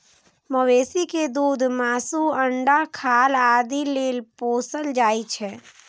मवेशी कें दूध, मासु, अंडा, खाल आदि लेल पोसल जाइ छै